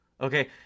Okay